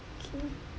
okay